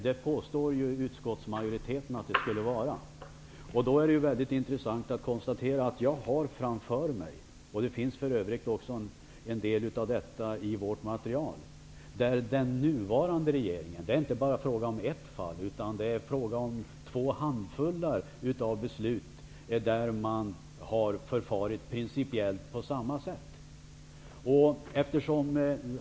Det påstår utskottsmajoriteten. Då är det intressant att konstatera att jag har framför mig -- och en del av detta finns för övrigt också i vårt material -- exempel där den nuvarande regeringen har förfarit principiellt på samma sätt. Det är inte bara ett fall, utan två handfullar av beslut av liknande slag.